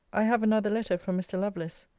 i have another letter from mr. lovelace.